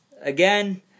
again